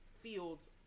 fields